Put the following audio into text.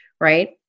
right